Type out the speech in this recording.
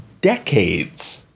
decades